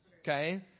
Okay